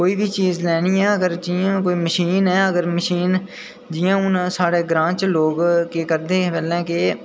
कोई बी चीज़ लैनी ऐ जि'यां कोई मशीन ऐ अगर मशीन जि'यां हून साढ़े ग्रांऽ च लोग केह् करदे पैह्लें के